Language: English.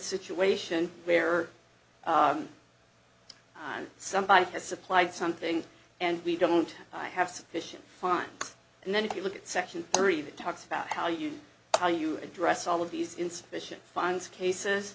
situation where somebody has supplied something and we don't have sufficient find and then if you look at section three that talks about how you how you address all of these insufficient funds cases